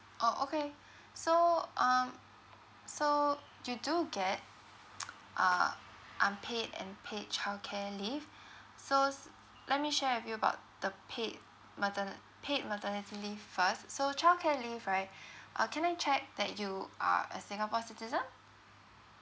orh okay so um so you do get uh unpaid and paid childcare leave so s~ let me share with you about the paid materni~ paid maternity leave first so childcare leave right uh can I check that you are a singapore citizen